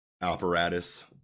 apparatus